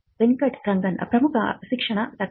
ವೆಂಕಟ್ ರಂಗನ್ ಪ್ರಮುಖ ಶಿಕ್ಷಣ ತಜ್ಞ